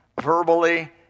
verbally